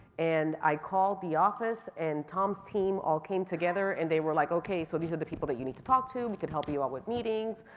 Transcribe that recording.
and i called the office, and tom's team all came together, and they were like okay, so these are the people that you need to talk to. we could help you you out with meetings.